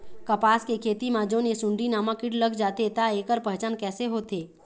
कपास के खेती मा जोन ये सुंडी नामक कीट लग जाथे ता ऐकर पहचान कैसे होथे?